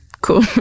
Cool